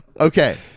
Okay